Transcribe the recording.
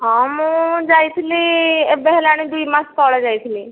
ହଁ ମୁଁ ଯାଇଥିଲି ଏବେ ହେଲାଣି ଦୁଇ ମାସ ତଳେ ଯାଇଥିଲି